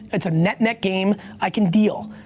it's a net net game, i can deal.